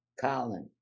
Colin